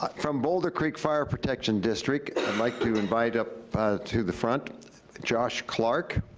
but from boulder creek fire protection district, i'd like to invite up to the front josh clark,